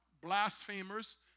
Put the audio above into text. blasphemers